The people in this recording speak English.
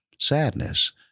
Sadness